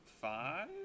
five